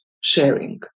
sharing